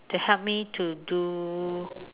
to help me to do